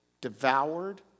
devoured